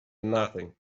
nothing